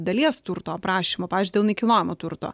dalies turto aprašymo pavyzdžiui dėl nekilnojamo turto